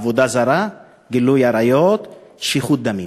עבודה זרה, גילוי עריות ושפיכות דמים,